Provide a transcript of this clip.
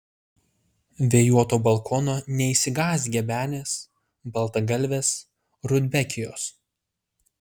vėjuoto balkono neišsigąs gebenės baltagalvės rudbekijos